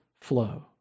flow